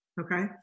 Okay